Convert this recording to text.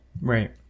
Right